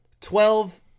twelve